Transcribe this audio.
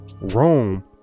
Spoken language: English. Rome